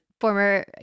former